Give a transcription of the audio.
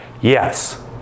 Yes